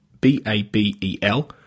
B-A-B-E-L